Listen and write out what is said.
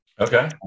Okay